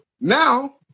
now